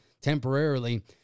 temporarily